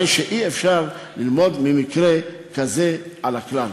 הרי אי-אפשר ללמוד ממקרה כזה על הכלל.